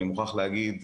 אני מוכרח להגיד,